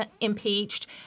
impeached